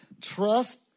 trust